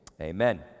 Amen